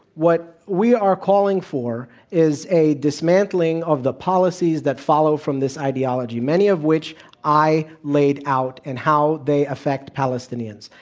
what we are calling for is a dismantling of the policies that follow from this ideology, many of which i laid out and how they affect palestinians.